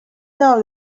know